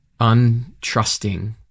untrusting